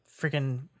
freaking